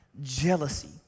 jealousy